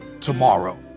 tomorrow